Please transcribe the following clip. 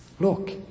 Look